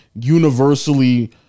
universally